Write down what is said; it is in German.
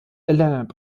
lennep